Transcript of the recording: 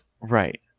right